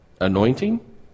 anointing